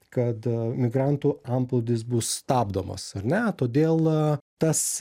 kad migrantų antplūdis bus stabdomas ar ne todėl tas